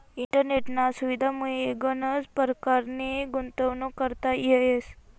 इंटरनेटना सुविधामुये गनच परकारनी गुंतवणूक करता येस